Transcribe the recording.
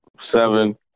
seven